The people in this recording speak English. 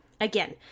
again